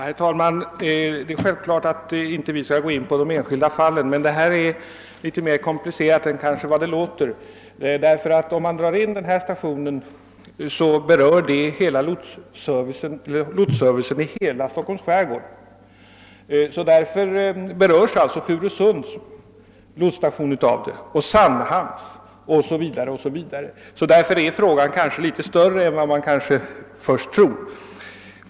Herr talman! Nej, riksdagen skall självfallet inte ingå på de enskilda fallen, men denna fråga är faktiskt litet mer komplicerad än den kan verka. Om man drar in den lotsstation som det här gäller, så påverkas nämligen lotsservi cen i hela Stockholms skärgård, eftersom bl.a. lotsstationerna i Furusund och Sandhamn blir berörda. Därför är som sagt denna fråga litet större än man kanske först tror.